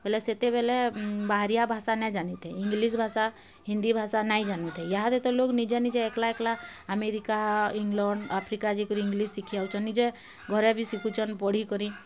ହେଲେ ସେତେବେଲେ ବାହାରିଆ ଭାଷା ନାଇଁ ଜାନିଥାଇ ଇଂଲିଶ୍ ଭାଷା ହିନ୍ଦୀ ଭାଷା ନାଇଁ ଜାନିଥାଏ ଇହାଦେ ତ ଲୋକ୍ ନିଜେ ନିଜେ ଏକ୍ଲା ଏକ୍ଲା ଆମେରିକା ଇଂଲଣ୍ଡ ଆଫ୍ରିକା ଯାଇକରି ଇଂଲିଶ୍ ଶିଖିଯାଉଚନ୍ ନିଜେ ଘରେ ବି ଶିଖୁଚନ୍ ପଢ଼ିକରି